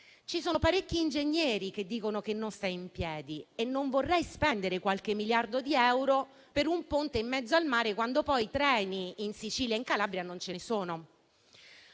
ci sono parecchi ingegneri che dicono che il Ponte non sta in piedi; non vorrei spendere qualche miliardo di euro per un ponte in mezzo al mare quando in Sicilia e in Calabria i treni non